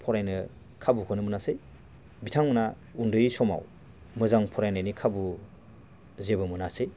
फरायनो खाबुखौनो मोनासै बिथांमोनहा उन्दै समाव मोजां फरायनायनि खाबु जेबो मोनासै